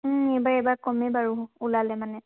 এইবাৰ এইবাৰ কমেই বাৰু ওলালে মানে